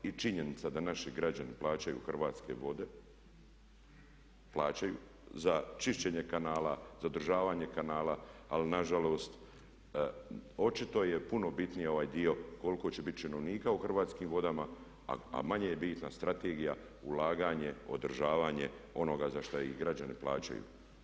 I činjenica da naši građani plaćaju Hrvatske vode, plaćaju za čišćenje kanala, za održavanje kanala ali nažalost očito je puno bitniji ovaj dio koliko će biti činovnika u Hrvatskim vodama a manje je bitna strategija, ulaganje, onoga za šta i građani plaćaju.